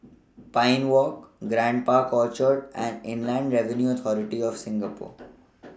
Pine Walk Grand Park Orchard and Inland Revenue Authority of Singapore